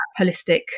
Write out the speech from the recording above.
holistic